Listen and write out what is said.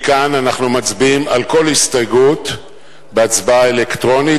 מכאן אנחנו מצביעים על כל הסתייגות בהצבעה אלקטרונית,